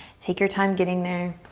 take your time getting there.